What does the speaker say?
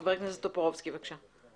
חבר הכנסת בועז טופורובסקי, בבקשה.